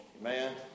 Amen